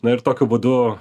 na ir tokiu būdu